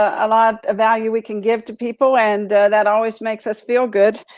a lot of value we can give to people, and that always makes us feel good.